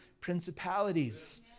principalities